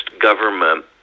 government